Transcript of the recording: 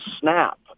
SNAP